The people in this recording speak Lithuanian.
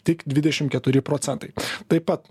tik dvidešim keturi procentai taip pat